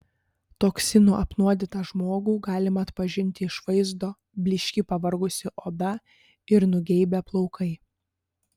toksinų apnuodytą žmogų galima atpažinti iš vaizdo blyški pavargusi oda ir nugeibę plaukai